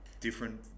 Different